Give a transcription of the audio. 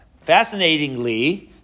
fascinatingly